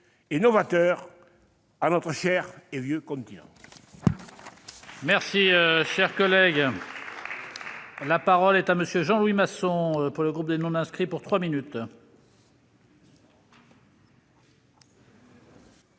et novateur à notre cher et vieux continent.